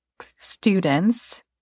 students